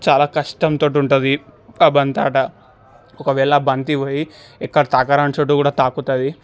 చాలా కష్టంతో ఉంటుంటది బంతాట ఒకవేళ బంతిపోయి ఎక్కడ తాకరాని చోటు కూడా తాకుతుంది